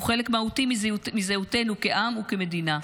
הוא חלק מהותי מזהותנו כעם וכמדינה.